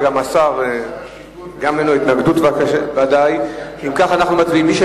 לשר ודאי אין התנגדות.